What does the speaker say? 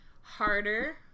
harder